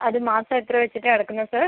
അത് മാസം എത്ര വെച്ചിട്ടാണ് അടയ്ക്കുന്നത് സർ